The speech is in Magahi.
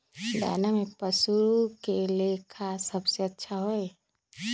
दाना में पशु के ले का सबसे अच्छा होई?